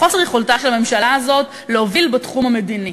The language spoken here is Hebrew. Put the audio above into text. יכולתה של הממשלה הזאת להוביל בתחום המדיני,